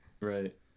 Right